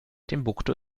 timbuktu